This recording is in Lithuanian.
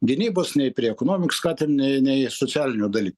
gynybos nei prie ekonomik skatin nei nei socialinių dalyk